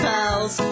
Pals